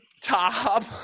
Top